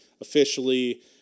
officially